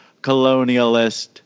colonialist